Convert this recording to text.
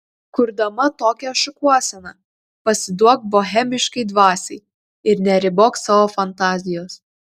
kurdama tokią šukuoseną pasiduok bohemiškai dvasiai ir neribok savo fantazijos